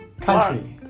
country